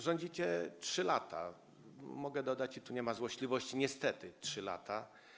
Rządzicie 3 lata, mogę dodać - i nie ma w tym złośliwości - niestety 3 lata.